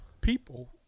people